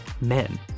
men